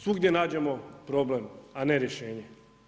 Svugdje nađemo problem, a ne rješenje.